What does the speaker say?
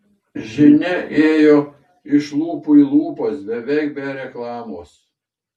žinia ėjo iš lūpų į lūpas beveik be reklamos